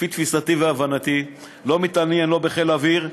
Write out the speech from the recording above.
לפי תפיסתי והבנתי, לא מתעניין לא בחיל האוויר,